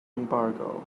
embargo